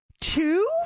two